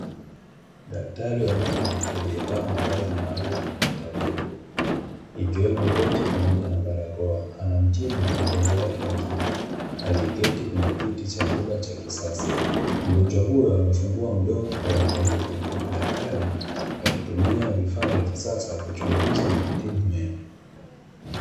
Daktari wa meno aliyevaa mavazi maalumu ya kitabibu, ikiwemo koti pamoja na barakoa, anamtibu mgonjwa wake wa kike aliyeketi kwenye kiti cha tiba cha kisasa. Mgonjwa huyo amefungua mdomo kwa uangalifu, huku daktari akitumia vifaa vya kisasa kuchunguza na kutibu meno.